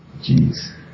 Jeez